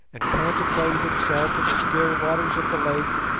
and contemplated himself in the still waters of the lake,